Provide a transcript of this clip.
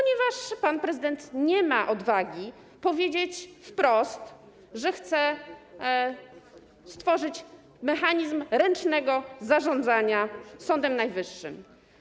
Dlatego, że pan prezydent nie ma odwagi powiedzieć wprost, że chce stworzyć mechanizm ręcznego zarządzania Sądem Najwyższym.